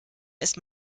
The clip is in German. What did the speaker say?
ist